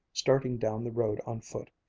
starting down the road on foot,